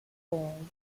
form